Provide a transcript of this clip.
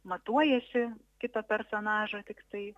matuojasi kitą personažą tiktai